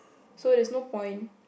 so there's no point